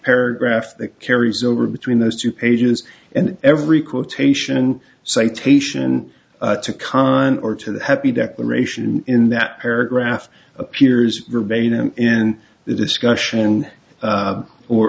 paragraph that carries over between those two pages and every quotation citation to caen or to the happy declaration in that paragraph appears verbatim and the discussion